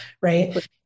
right